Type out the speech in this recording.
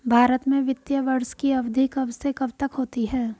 भारत में वित्तीय वर्ष की अवधि कब से कब तक होती है?